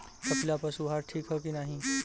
कपिला पशु आहार ठीक ह कि नाही?